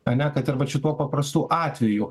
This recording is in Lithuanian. ane kad ir vat šituo paprastu atveju